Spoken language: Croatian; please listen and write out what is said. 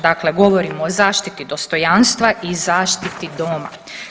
Dakle, govorim o zaštiti dostojanstva i zaštiti doma.